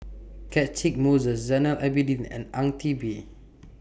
Catchick Moses Zainal Abidin and Ang Teck Bee